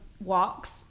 walks